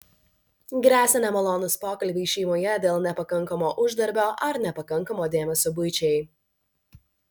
gresia nemalonūs pokalbiai šeimoje dėl nepakankamo uždarbio ar nepakankamo dėmesio buičiai